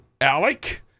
Alec